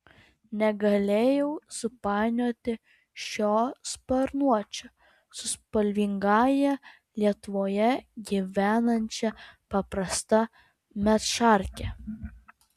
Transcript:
negalėjau supainioti šio sparnuočio su spalvingąja lietuvoje gyvenančia paprasta medšarke